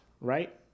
right